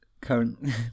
current